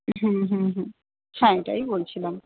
হু হুম হুম হ্যাঁ এটাই বলছিলাম